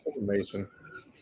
Mason